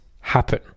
happen